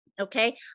Okay